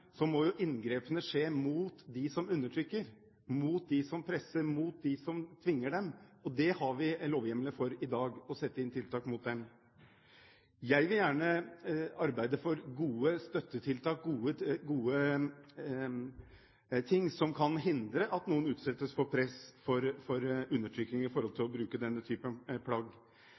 må jo inngrepene rettes mot dem som undertrykker, mot dem som presser, mot dem som tvinger dem, og der har vi lovhjemler i dag for å kunne sette inn tiltak. Jeg vil gjerne arbeide for gode støttetiltak, gode ting som kan hindre at noen utsettes for press, for undertrykking når det gjelder å bruke denne typen plagg.